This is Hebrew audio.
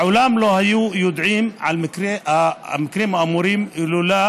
לעולם לא היו יודעים על המקרים האמורים אילולא